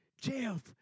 Jeff